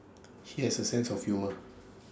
he has A sense of humour